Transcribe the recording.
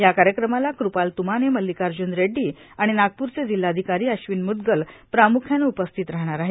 या कार्यक्रमाला कृपाल त्माने मल्लिकार्ज्न रेड़डी आणि नागपूरचे जिल्हाधिकारी अश्विन म्दगल प्राम्ख्यानं उपस्थित राहणार आहेत